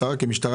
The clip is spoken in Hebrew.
כמשטרה.